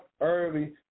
early